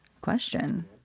question